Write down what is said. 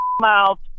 mouth